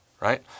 right